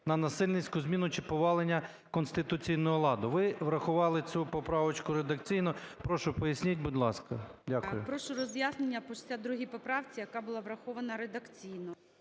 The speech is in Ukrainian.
на насильницьку зміну, чи повалення конституційного ладу". Ви врахували цю поправочку редакційно, прошу поясніть, будь ласка. Дякую. ГОЛОВУЮЧИЙ. Прошу роз'яснення по 62 поправці, яка була врахована редакційно.